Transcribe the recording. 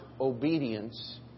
obedience